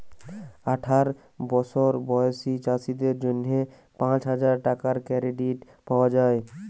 আঠার বসর বয়েসী চাষীদের জ্যনহে পাঁচ হাজার টাকার কেরডিট পাউয়া যায়